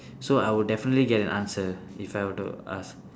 so I would definitely get an answer if I were to ask